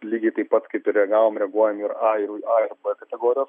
lygiai taip pat kaip ir reagavom reaguojam ir a ir a ir b kategorijos